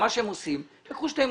מה שהם עושים, לקחו שני מוסדות,